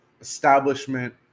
establishment